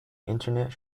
internet